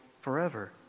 forever